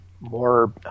more